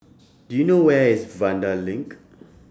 Do YOU know Where IS Vanda LINK